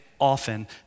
often